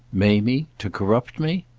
mamie to corrupt me?